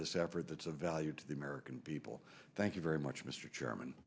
this effort that's of value to the american people thank you very much mr